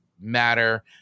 matter